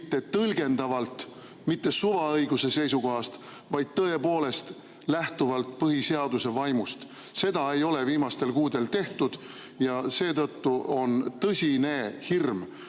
mitte tõlgendavalt, mitte suvaõiguse seisukohast, vaid tõepoolest lähtuvalt põhiseaduse vaimust. Seda ei ole viimastel kuudel tehtud. Ja seetõttu on tõsine hirm,